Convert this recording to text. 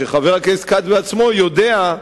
חבר הכנסת כץ בעצמו יודע,